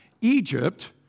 Egypt